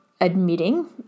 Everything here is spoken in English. admitting